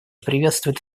приветствует